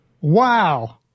Wow